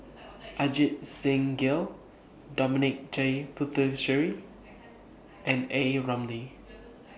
Ajit Singh Gill Dominic J Puthucheary and A Ramli